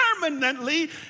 permanently